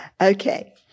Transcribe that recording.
Okay